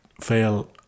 fail